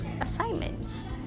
assignments